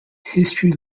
history